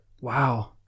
Wow